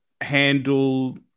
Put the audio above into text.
handle